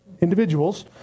individuals